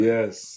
Yes